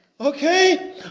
Okay